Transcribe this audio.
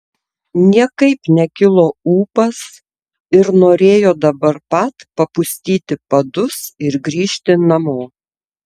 niekaip nekilo ūpas ir norėjo dabar pat papustyti padus ir grįžti namo